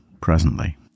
presently